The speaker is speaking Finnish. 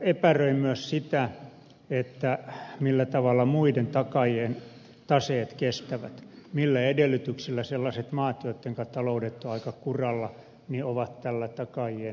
epäröin myös sitä millä tavalla muiden takaajien taseet kestävät millä edellytyksillä sellaiset maat joittenka taloudet ovat aika kuralla ovat tällä takaajien listalla